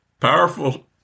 powerful